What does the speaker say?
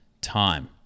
time